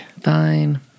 Fine